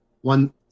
one